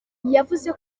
yavuze